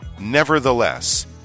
Nevertheless